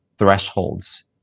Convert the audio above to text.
thresholds